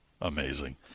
Amazing